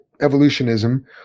evolutionism